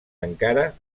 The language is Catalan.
encara